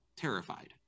terrified